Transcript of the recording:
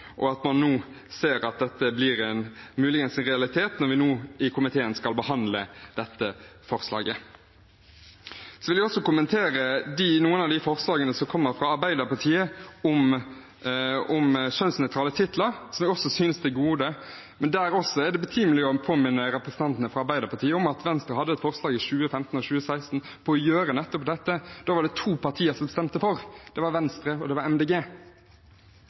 og at man nå ser at dette muligens blir en realitet når vi i komiteen skal behandle dette forslaget. Så vil jeg kommentere noen av de forslagene som kommer fra Arbeiderpartiet om kjønnsnøytrale titler, som jeg også synes er gode. Men det er også betimelig å påminne representantene fra Arbeiderpartiet om at Venstre hadde et forslag i 2015 og 2016 om å gjøre nettopp dette. Da var det to partier som stemte for. Det var Venstre, og det var